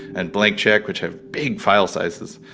and blank check which have big file sizes.